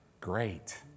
Great